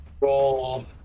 roll